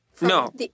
No